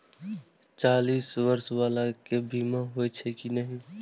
चालीस बर्ष बाला के बीमा होई छै कि नहिं?